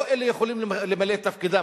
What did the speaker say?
לא אלה יכולים למלא את תפקידם,